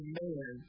man